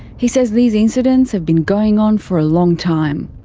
he says these incidents have been going on for a long time.